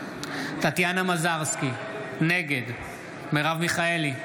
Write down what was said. טטיאנה מזרסקי, נגד מרב מיכאלי,